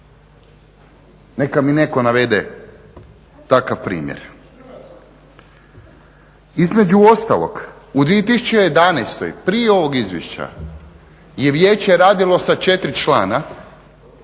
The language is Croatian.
Neka mi netko navede takav primjer.